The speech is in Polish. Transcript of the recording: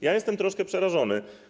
Ja jestem troszkę przerażony.